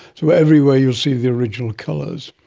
so everywhere you will see the original colours.